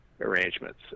arrangements